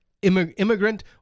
Immigrant